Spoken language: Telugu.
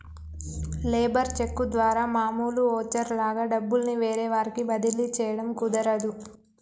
లేబర్ చెక్కు ద్వారా మామూలు ఓచరు లాగా డబ్బుల్ని వేరే వారికి బదిలీ చేయడం కుదరదు